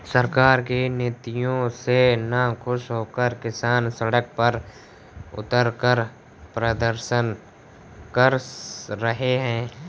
सरकार की नीतियों से नाखुश होकर किसान सड़क पर उतरकर प्रदर्शन कर रहे हैं